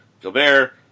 Gilbert